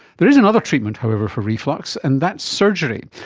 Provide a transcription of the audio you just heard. there is another treatment, however, for reflux, and that's surgery,